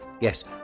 Yes